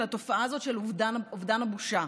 על התופעה הזאת של אובדן הבושה.